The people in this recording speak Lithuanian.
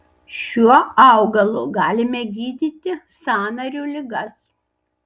šiuo augalu galime gydyti sąnarių ligas